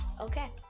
Okay